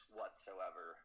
whatsoever